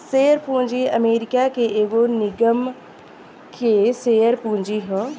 share पूंजी America के एगो निगम के शेयर पूंजी ह